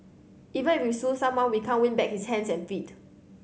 even if we sue someone we can't win back his hands and feet